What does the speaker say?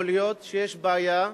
יכול להיות שיש בעיה,